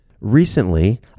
Recently